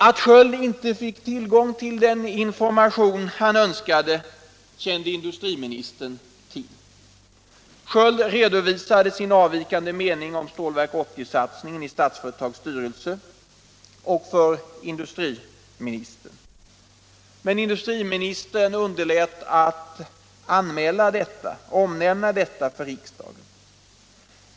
Att Sköld inte fick tillgång till den information han önskade kände industriministern till. Sköld redovisade sin avvikande mening om Stålverk 80-satsningen i Statsföretags styrelse för industriministern. Men industriministern underlät att omnämna detta för riksdagen.